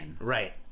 right